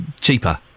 cheaper